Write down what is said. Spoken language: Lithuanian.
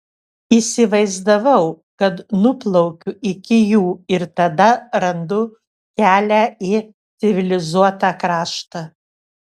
įsivaizdavau kad nuplaukiu iki jų ir tada randu kelią į civilizuotą kraštą